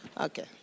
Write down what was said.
Okay